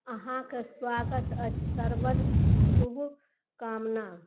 अहाँक स्वागत अछि श्रवण शुभकामना